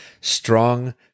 strong